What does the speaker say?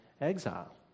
exile